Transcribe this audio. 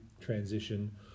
transition